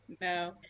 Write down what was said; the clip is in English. No